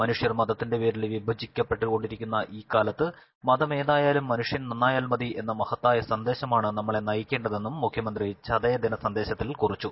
മനുഷ്യർ മത്തിന്റെ പേരിൽ വിഭജിക്കപ്പെട്ടുകൊണ്ടിരിക്കുന്ന ഈ കാലത്ത് മതമേതായാലും മനുഷ്യൻ നന്നായാൽ മതി എന്ന മഹത്തായ സന്ദേശമാണ് നമ്മളെ നയിക്കേണ്ടതെന്നും മുഖ്യമന്ത്രി ചതയ ദിന സന്ദേശത്തിൽ കുറിച്ചു